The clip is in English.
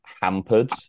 hampered